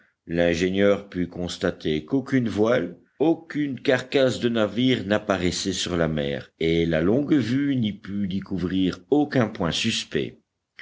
l'ingénieur put constater qu'aucune voile aucune carcasse de navire n'apparaissaient sur la mer et la longue-vue n'y put découvrir aucun point suspect